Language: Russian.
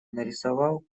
нарисовал